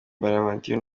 bonaventure